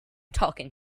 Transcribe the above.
talking